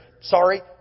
Sorry